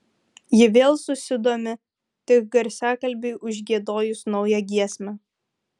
ji vėl susidomi tik garsiakalbiui užgiedojus naują giesmę